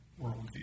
worldview